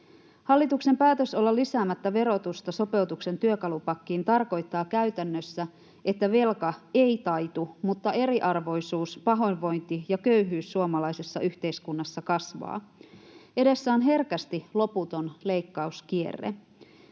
Hallituksen päätös olla lisäämättä verotusta sopeutuksen työkalupakkiin tarkoittaa käytännössä, että velka ei taitu, mutta eriarvoisuus, pahoinvointi ja köyhyys suomalaisessa yhteiskunnassa kasvavat. Edessä on herkästi loputon leikkauskierre,